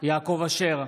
יעקב אשר,